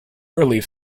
relief